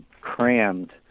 crammed